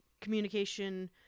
communication